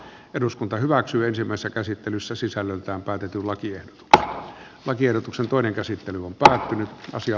eduskunta hyväksyy ensimmäistä käsittelyssä sisällöltään päätetyn laki antaa lakiehdotuksen toinen käsittely on pysähtynyt osia